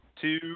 Two